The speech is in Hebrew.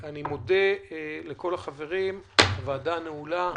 אני מודה לכל החברים, הישיבה נעולה.